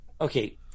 Okay